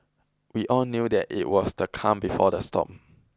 we all knew that it was the calm before the storm